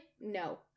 No